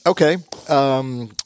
Okay